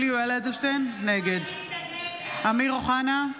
אדלשטיין, נגד אמיר אוחנה,